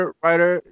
writer